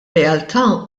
realtà